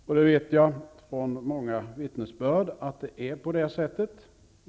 Jag vet från många vittnesbörd att den har det.